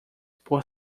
por